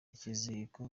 ikiziriko